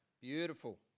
Beautiful